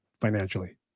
financially